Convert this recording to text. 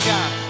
God